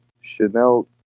Chanel